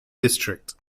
district